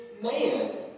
man